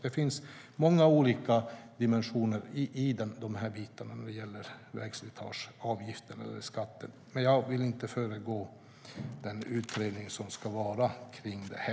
Det finns alltså många olika dimensioner när det gäller vägslitageavgiften eller vägslitageskatten. Men jag vill inte föregå den utredning som ska göras av detta.